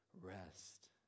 rest